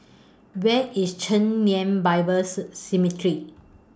Where IS Chen Lien Bible